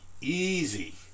easy